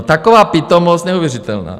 Taková pitomost neuvěřitelná!